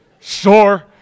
Sure